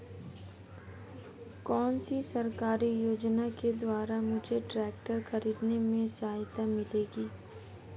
कौनसी सरकारी योजना के द्वारा मुझे ट्रैक्टर खरीदने में सहायता मिलेगी?